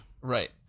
Right